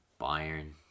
Bayern